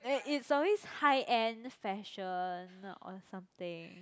it~ it's always high end fashion or something